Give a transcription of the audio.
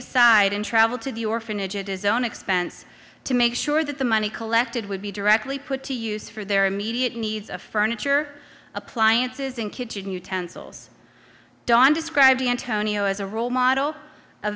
aside and travel to the orphanage it is own expense to make sure that the money collected would be directly put to use for their immediate needs of furniture appliances and kitchen utensils don described antonio as a role model a